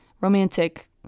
romantic